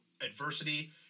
adversity